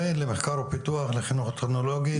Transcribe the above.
זה למחקר ופיתוח לחינוך טכנולוגי?